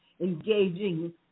engaging